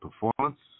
performance